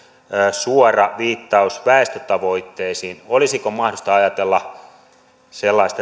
suora viittaus väestötavoitteisiin olisiko mahdollista ajatella